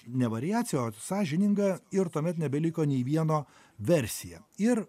ne variaciją o sąžiningą ir tuomet nebeliko nei vieno versija ir